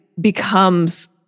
becomes